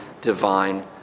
divine